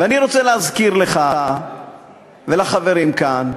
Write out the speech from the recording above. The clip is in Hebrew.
ואני רוצה להזכיר לך ולחברים כאן,